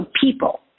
people